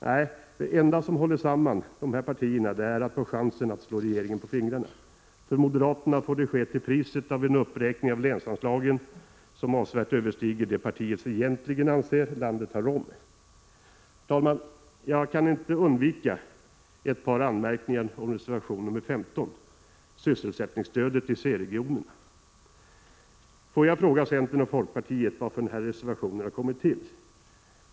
Nej, det enda som håller samman dessa partier är önskan att få chansen att slå regeringen på fingrarna. För moderaterna får det ske till priset av en uppräkning av länsanslagen som avsevärt överstiger det partiet egentligen anser att landet har råd med. Herr talman! Jag kan inte underlåta att göra ett par anmärkningar om reservation nr 19 om sysselsättningsstödet i C-regionerna. Låt mig fråga centern och folkpartiet varför denna reservation har kommit till.